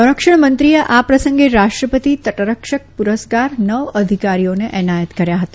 સંરક્ષણ મંત્રીએ આપ્રસંગે રાષ્ટ્રપતિ તટરક્ષક પુરસ્કાર નવ અધિકારીઓને એનાયત કર્યા હતા